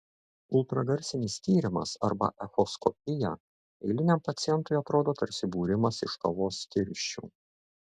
ultragarsinis tyrimas arba echoskopija eiliniam pacientui atrodo tarsi būrimas iš kavos tirščių